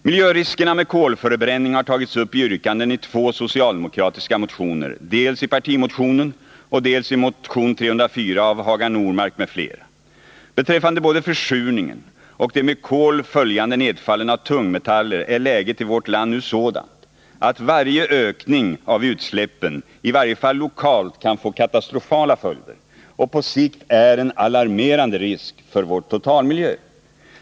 Miljöriskerna med kolförbränning har tagits upp i yrkanden i två socialdemokratiska motioner, dels i partimotionen, dels i motion 1980/ 81:304 av Hagar Normark m.fl. Beträffande både försurningen och de med kol följande nedfallen av tungmetaller är läget i vårt land nu sådant, att varje ökning av utsläppen i varje fall lokalt kan få katastrofala följder och på sikt är en alarmerande risk för vår totalmiljö.